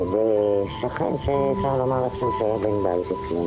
מי שנמצא על הקו,